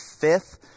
fifth